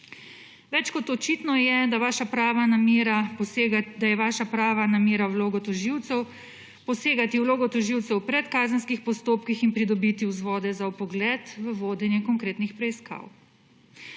Več kot očitno je, da je vaša prava namera posegati v vlogo tožilcev v predkazenskih postopkih in pridobiti vzvode za vpogled v vodenje konkretnih preiskav.